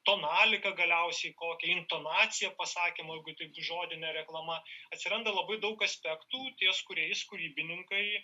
tonalika galiausiai kokia intonacija pasakymą jeigu tai tik žodinė reklama atsiranda labai daug aspektų ties kuriais kūrybininkai